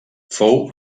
fou